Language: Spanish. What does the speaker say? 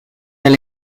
del